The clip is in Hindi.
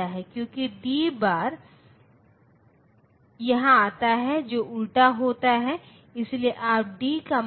अब कई प्रौद्योगिकियां विकसित की गई हैं जिनके द्वारा इन डिजिटल सर्किटों